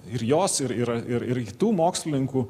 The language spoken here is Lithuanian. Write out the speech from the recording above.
ir jos ir yra ir ir kitų mokslininkų